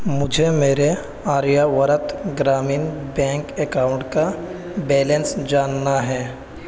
مجھے میرے Aryavart Gramin bank account کا بیلنس جاننا ہے